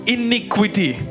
iniquity